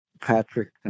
Patrick